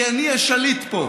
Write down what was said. כי אני השליט פה.